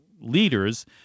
leaders